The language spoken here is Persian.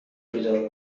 بیدار